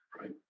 Right